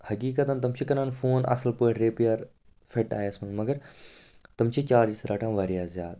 حقیٖقتَن تِم چھِ کران فون اَصٕل پٲٹھۍ رِیٚپیر فِٹ آیَس منٛز مگر تِم چھِ چارجِز رَٹان واریاہ زیادٕ